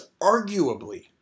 arguably